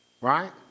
Right